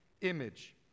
image